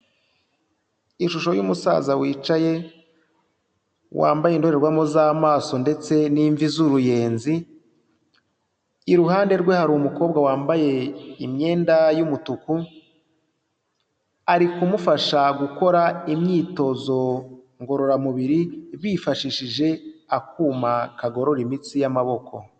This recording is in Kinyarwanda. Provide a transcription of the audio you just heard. Ishusho y'umusaza wicaye wambaye indorerwamo z'amaso ndetse n'imvi z'uruyenzi, iruhande rwe hari wambaye imyenda y'umutuku ari kumufasha gukora imyitozo ngororamubiri bifashishije akuma kagorora imitsi y'amaboko.